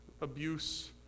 abuse